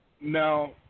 Now